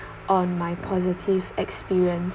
on my positive experience